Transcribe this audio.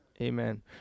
Amen